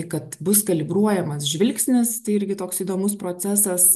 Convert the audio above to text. kad bus kalibruojamas žvilgsnis tai irgi toks įdomus procesas